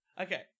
Okay